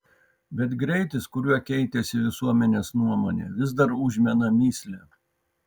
bet greitis kuriuo keitėsi visuomenės nuomonė vis dar užmena mįslę